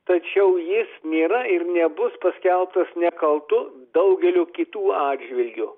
tačiau jis nėra ir nebus paskelbtas nekaltu daugeliu kitų atžvilgiu